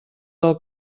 del